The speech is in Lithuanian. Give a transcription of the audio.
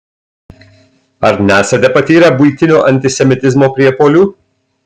ar nesate patyrę buitinio antisemitizmo priepuolių